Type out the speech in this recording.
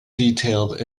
detailed